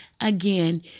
again